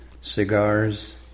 cigars